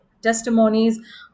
testimonies